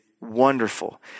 wonderful